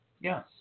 Yes